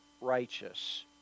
righteous